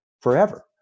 forever